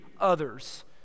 others